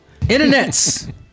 internets